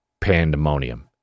pandemonium